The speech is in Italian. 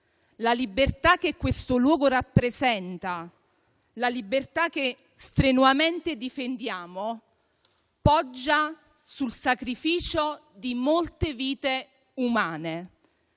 La libertà che questo luogo rappresenta, la libertà che strenuamente difendiamo, poggia sul sacrificio di molte vite umane,